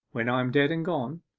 when i am dead and gone,